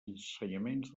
ensenyaments